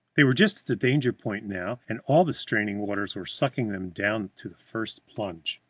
they were just at the danger-point now, and all the straining waters were sucking them down to the first plunge.